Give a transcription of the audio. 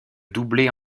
doubler